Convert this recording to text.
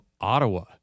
Ottawa